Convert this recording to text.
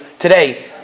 Today